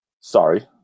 sorry